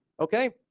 okay,